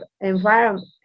environment